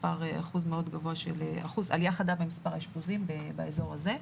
יש עלייה חדה במספר האשפוזים באזור הזה.